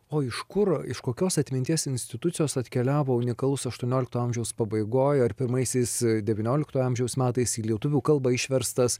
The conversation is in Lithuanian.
o iš kur iš kokios atminties institucijos atkeliavo unikalus aštuoniolikto amžiaus pabaigoj ar pirmaisiais devyniolikto amžiaus metais į lietuvių kalbą išverstas